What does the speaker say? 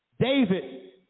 David